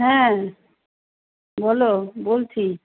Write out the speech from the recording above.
হ্যাঁ বলো বলছি